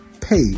pay